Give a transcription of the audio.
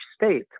state